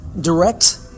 direct